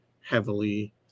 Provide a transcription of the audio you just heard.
heavily